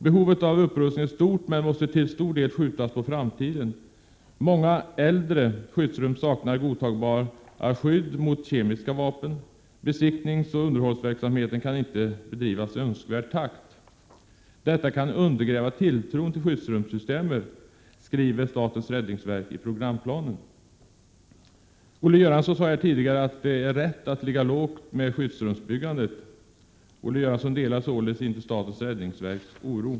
Behovet av upprustning är stort men måste till stor del skjutas på framtiden. Många äldre skyddsrum saknar godtagbara skydd mot kemiska vapen. Besiktningsoch underhållsverksamheten kan inte bedrivas i önskvärd takt. ”Detta kan undergräva tilltron till skyddsrumssystemet”, skriver statens räddningsverk i programplanen. Olle Göransson sade tidigare att det är rätt att ligga lågt med skyddsrumsbyggandet. Han delar således inte statens räddningsverks oro.